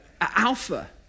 Alpha